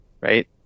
right